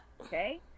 Okay